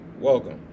welcome